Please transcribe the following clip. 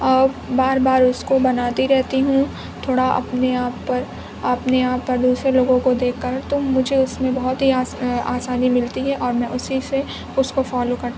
اور بار بار اس کو بناتی رہتی ہوں تھوڑا اپنے آپ پر اپنے آپ پر دوسرے لوگوں کو دیکھ کر تو مجھے اس میں بہت ہی آسانی ملتی ہے میں اسے سے اس کو فالو کر